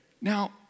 Now